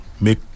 make